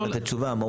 צריך לתת תשובה.